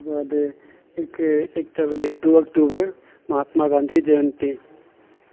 ओकर बाद एकटा भेलै दू अक्टूबर महात्मा गांधी जयंती